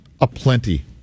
aplenty